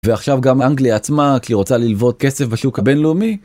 ועכשיו גם אנגליה עצמה כי היא רוצה ללוות כסף בשוק הבינלאומי